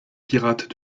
pirates